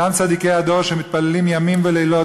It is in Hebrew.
אותם צדיקי הדור שמתפללים ימים ולילות